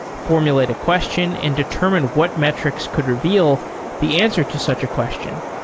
formulate a question and determine what metrics could reveal the answer to such a question,